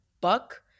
buck